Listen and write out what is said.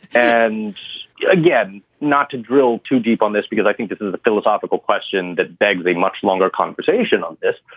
and again, not to drill too deep on this, because i think this is a philosophical question that begs a much longer conversation on this.